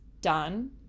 done